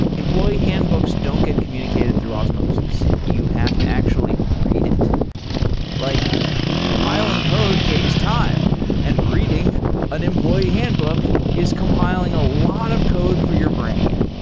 employee handbooks don't get communicated through osmosis. you have to actually read it like compiling code takes time and reading an employee handbook is compiling a lot of code for your brain.